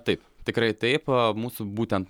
taip tikrai taip mūsų būten